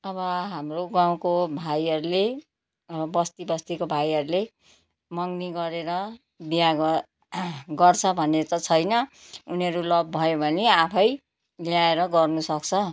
अब हाम्रो गाउँको भाइहरूले बस्ती बस्तीको भाइहरूले मगनी गरेर बिहे ग गर्छ भन्ने त छैन उनीहरू लभ भयो भने आफै ल्याएर गर्नु सक्छ